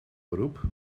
beroep